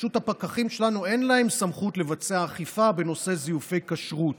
פשוט לפקחים שלנו אין סמכות לבצע אכיפה בנושא זיופי כשרות,